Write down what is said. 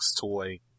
toy